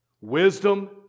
wisdom